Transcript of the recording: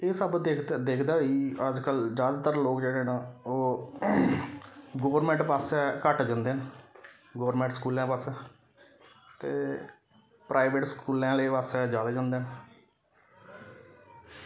एह् सब दिक्खते दिक्खदे होई अजकल जैदातर लोक जेह्ड़े न ओह् गौरमेंट पास्सै घट्ट जंदे न गौरमेंट स्कूलें पास्सै ते प्राईवेट स्कूलें आह्ले पास्सै जैदा जंदे न